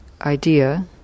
idea